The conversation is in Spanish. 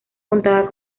contaba